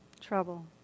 Trouble